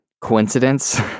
coincidence